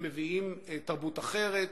הם מביאים תרבות אחרת,